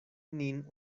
nin